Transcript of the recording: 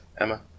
emma